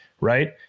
Right